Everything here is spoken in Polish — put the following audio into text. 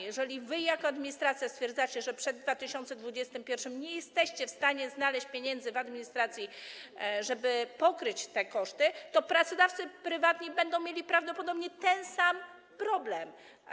Jeżeli wy jako administracja stwierdzacie, że przed 2021 r. nie jesteście w stanie znaleźć pieniędzy w administracji, żeby pokryć te koszty, to pracodawcy prywatni będą mieli prawdopodobnie ten sam problem.